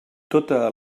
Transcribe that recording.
tota